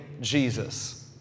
Jesus